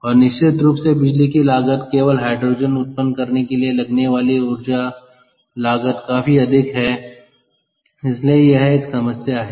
और निश्चित रूप से बिजली की लागत केवल हाइड्रोजन उत्पन्न करने के लिए लगने वाली ऊर्जा लागत काफी अधिक है इसलिए यह एक समस्या है